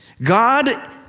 God